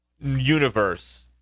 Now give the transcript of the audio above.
universe